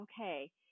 okay